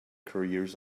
careers